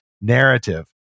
narrative